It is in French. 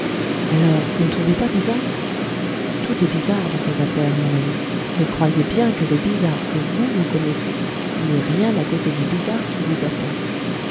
alors vous ne trouvez pas bizarre tout est bizarre dans cette affaire mon ami mais croyez bien que le bizarre que vous connaissez n'est rien à côté du bizarre qui vous attend